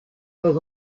pas